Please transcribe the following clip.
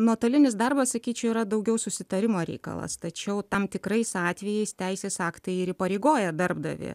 nuotolinis darbas sakyčiau yra daugiau susitarimo reikalas tačiau tam tikrais atvejais teisės aktai ir įpareigoja darbdavį